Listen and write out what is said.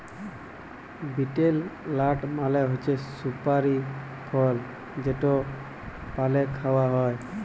betel লাট মালে হছে সুপারি ফল যেট পালে খাউয়া হ্যয়